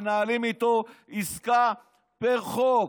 מנהלים איתו עסקה פר חוק.